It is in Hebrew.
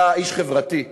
אתה איש חברתי,